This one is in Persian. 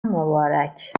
مبارک